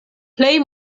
plej